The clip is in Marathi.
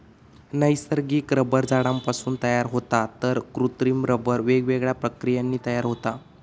नैसर्गिक रबर झाडांपासून तयार होता तर कृत्रिम रबर वेगवेगळ्या प्रक्रियांनी तयार होता